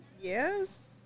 Yes